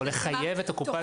או לחייב את הקופה.